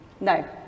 No